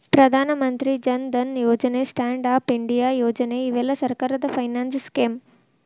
ಪ್ರಧಾನ ಮಂತ್ರಿ ಜನ್ ಧನ್ ಯೋಜನೆ stand up India ಯೋಜನೆ ಇವೆಲ್ಲ ಸರ್ಕಾರದ ಫೈನಾನ್ಸ್ ಸ್ಕೇಮ್